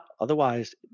Otherwise